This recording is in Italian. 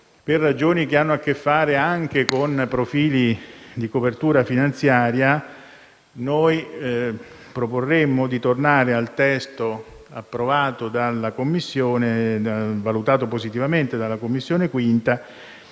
Per ragioni che hanno a che fare anche con profili di copertura finanziaria, noi proporremmo di tornare al testo valutato positivamente dalla 5a Commissione,